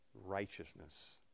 righteousness